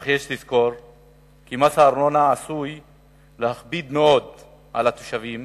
אך יש לזכור כי מס הארנונה עשוי להכביד מאוד על התושבים,